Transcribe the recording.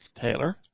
Taylor